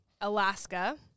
Alaska